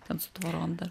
ten su tvorom dar